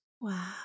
Wow